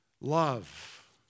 Love